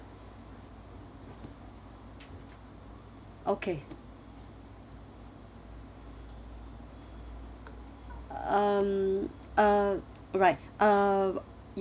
okay um uh right uh